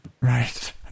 Right